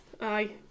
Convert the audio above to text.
aye